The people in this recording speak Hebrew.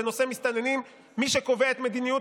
נגד ווליד